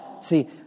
See